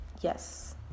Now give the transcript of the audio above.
yes